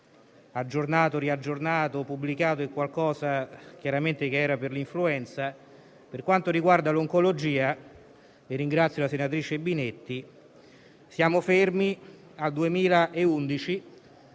aggiornato, riaggiornato, pubblicato - è un qualcosa che era previsto per l'influenza - per quanto riguarda l'oncologia - e ringrazio la senatrice Binetti - siamo fermi a 2011,